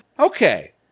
Okay